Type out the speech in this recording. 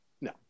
No